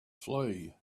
flee